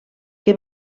que